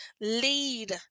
lead